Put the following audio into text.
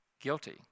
guilty